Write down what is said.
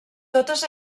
totes